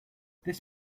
this